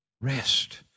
rest